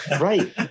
right